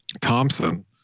Thompson